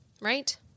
Right